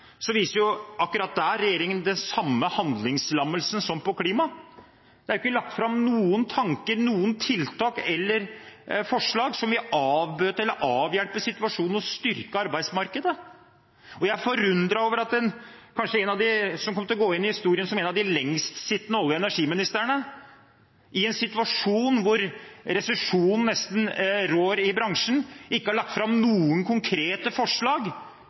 er ikke lagt fram noen tanker, noen tiltak eller forslag som vil avbøte eller avhjelpe situasjonen og styrke arbeidsmarkedet. Jeg er forundret over at en som kommer til å gå inn i historien som en av de lengst sittende olje- og energiministrene, i en situasjon hvor det nesten rår resesjon i bransjen, ikke har lagt fram noen konkrete forslag,